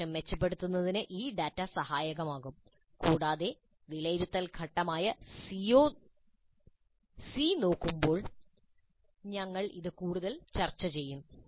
നിർദ്ദേശം മെച്ചപ്പെടുത്തുന്നതിന് ഈ ഡാറ്റ സഹായകമാകും കൂടാതെ വിലയിരുത്തൽ ഘട്ടം ആയ സി നോക്കുമ്പോൾ ഞങ്ങൾ ഇത് കൂടുതൽ ചർച്ച ചെയ്യും